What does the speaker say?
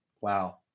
Wow